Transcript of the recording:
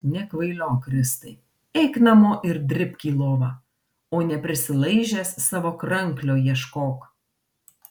nekvailiok kristai eik namo ir dribk į lovą o ne prisilaižęs savo kranklio ieškok